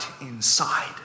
inside